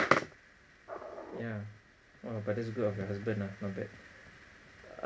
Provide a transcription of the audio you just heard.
yeah !wow! but that's good of your husband ah not bad